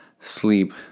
sleep